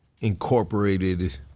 incorporated